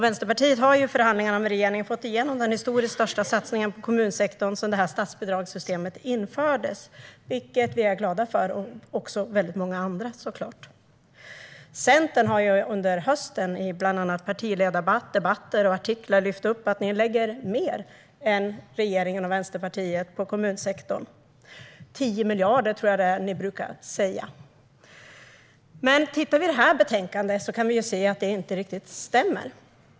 Vänsterpartiet har i förhandlingarna med regeringen fått igenom den största satsningen på kommunsektorn sedan det här statsbidragssystemet infördes. Detta är vi, och även många andra, glada för. Centern har under hösten, bland annat i partiledardebatter och artiklar, lyft upp att ni lägger mer än regeringen och Vänsterpartiet på kommunsektorn. Jag tror att ni brukar säga att det rör sig om 10 miljarder. Men när vi tittar i detta betänkande kan vi se att det inte stämmer.